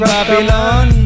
Babylon